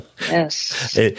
Yes